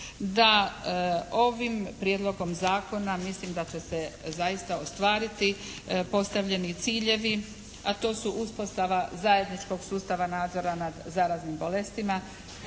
da ovim Prijedlogom zakona mislim da će se zaista ostvariti postavljeni ciljevi a to su uspostava zajedničkog sustava nadzora nad zaraznim bolestima